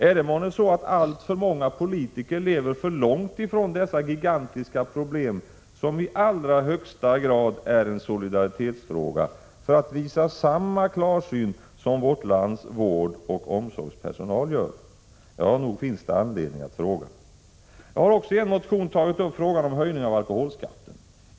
Är det månne så att alltför många politiker lever för långt ifrån dessa gigantiska problem, som i allra högsta grad är en solidaritetsfråga, för att visa samma klarsyn som vårt lands vårdoch omsorgspersonal? Nog finns det anledning att fråga! Jag har också i en motion tagit upp frågan om höjning av alkoholskatten.